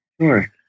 Sure